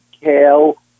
Kale